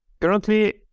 currently